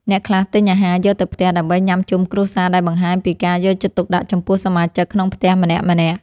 អ្នកខ្លះទិញអាហារយកទៅផ្ទះដើម្បីញ៉ាំជុំគ្រួសារដែលបង្ហាញពីការយកចិត្តទុកដាក់ចំពោះសមាជិកក្នុងផ្ទះម្នាក់ៗ។